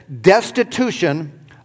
destitution